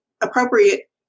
appropriate